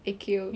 infected